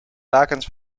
lakens